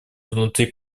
внутри